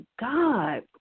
god